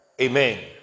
amen